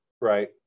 right